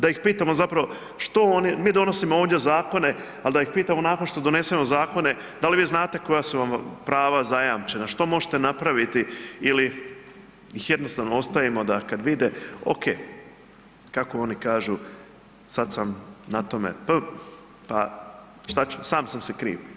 Da ih pitamo zapravo, mi donosimo ovdje zakone, al da ih pitamo nakon što donesemo zakone da li vi znate koja su vam prava zajamčena, što možete napraviti ili ih jednostavno ostavimo da kad vide ok, kako oni kažu sad sam na tome p pa šta ću, sam sam si kriv.